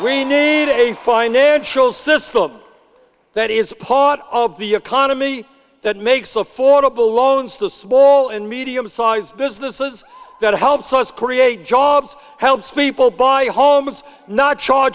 we need a financial system that is part of the economy that makes affordable loans to small and medium sized businesses that helps us create jobs helps people buy homes not charge